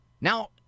Now